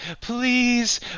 Please